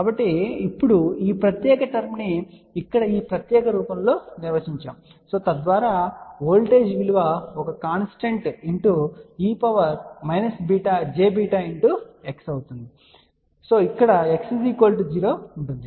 కాబట్టి ఇప్పుడు ఈ ప్రత్యేక టర్మ్ ని ఇక్కడ ఈ ప్రత్యేక రూపంలో నిర్వచించారు తద్వారా వోల్టేజ్ విలువ ఒక కాన్స్టాంట్ ఇంటూ e−jβx టర్మ్ అవుతుంది ఇక్కడ x 0 ఉంటుంది